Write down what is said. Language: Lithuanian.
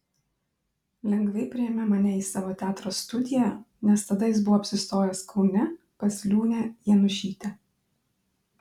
lengvai priėmė mane į savo teatro studiją nes tada jis buvo apsistojęs kaune pas liūnę janušytę